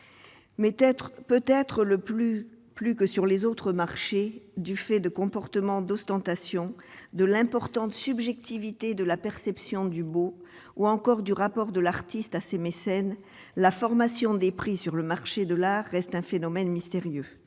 peut-être le plus plus que sur les autres marchés, du fait de comportement d'ostentation de l'importante subjectivité de la perception du beau ou encore du rapport de l'artiste à ses mécènes, la formation des prix sur le marché de l'art reste un phénomène mystérieux,